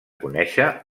conèixer